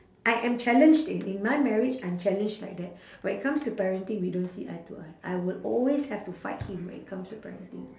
I am challenged in in my marriage I'm challenged like that when it comes to parenting we don't see eye to eye I will always have to fight him when it comes to parenting